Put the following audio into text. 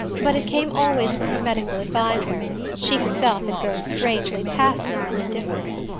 but it came always from her medical adviser she herself had grown strangely passive and indifferent.